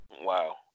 Wow